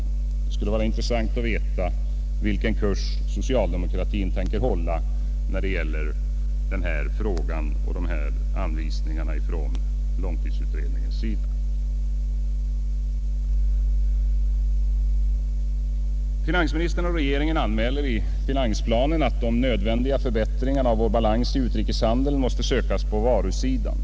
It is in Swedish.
Det skulle vara intressant att veta vilken kurs socialdemokratin tänker hålla när det gäller dessa anvisningar från långtidsutredningens sida. Finansministern anmäler i finansplanen att de nödvändiga förbättringarna av balansen i utrikeshandeln måste sökas på varusidan.